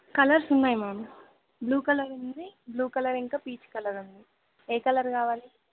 colours ఉన్నాయి ma'am blue colour ఉంది blue colour ఇంకా పీచు కలర్ ఉంది ఏ కలర్ కావాలి